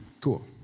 Cool